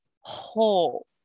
whole